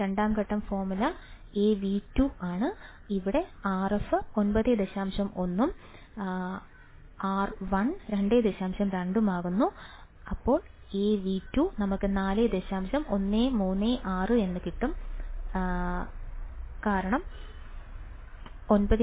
രണ്ടാം ഘട്ടം ഫോർമുല എന്താണ് കാരണം 9